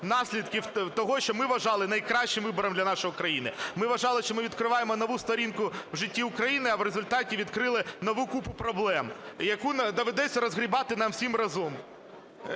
наслідків того, що ми вважали найкращим вибором для нашої країни. Ми вважали, що ми відкриваємо нову сторінку в житті України, а в результаті відкрили нову купу проблем, яку доведеться розгрібати нам всім разом.